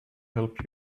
help